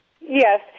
Yes